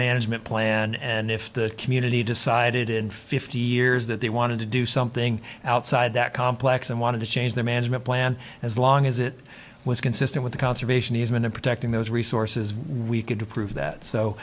management plan and if the community decided in fifty years that they wanted to do something outside that complex and wanted to change their management plan as long as it was consistent with the conservation easement and protecting those resources we could to prove that so